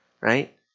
right